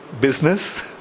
business